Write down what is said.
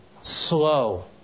slow